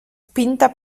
pinta